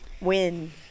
Win